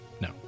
No